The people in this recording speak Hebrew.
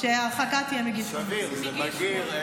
שההרחקה תהיה מגיל 18. זה סביר, זה בגיר.